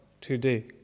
today